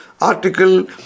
article